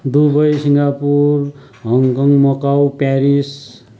Dubai Singapore Hong Kong Macau Paris